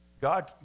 God